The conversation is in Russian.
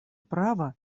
права